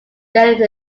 daily